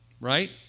right